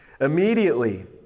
Immediately